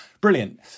brilliant